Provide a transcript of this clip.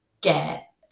get